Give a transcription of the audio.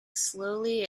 slowly